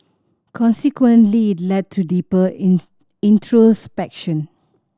consequently led to deeper in introspection